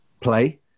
play